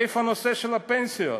איפה הנושא של הפנסיות?